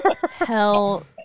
Hell